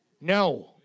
No